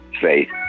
faith